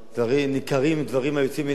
ניכרים דברים היוצאים מן הלב,